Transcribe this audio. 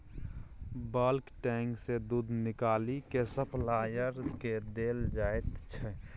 bulk tank सँ दुध निकालि केँ सप्लायर केँ देल जाइत छै